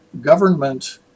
government